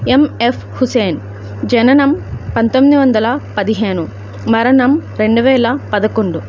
ఎం F Hussain జననం పంతొమ్మిది వందల పదిహేను మరణం రెండు వేల పదకొండు